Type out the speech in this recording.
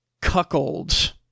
cuckolds